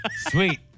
Sweet